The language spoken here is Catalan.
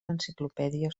enciclopèdia